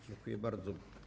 Dziękuję bardzo.